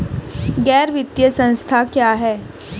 गैर वित्तीय संस्था क्या है?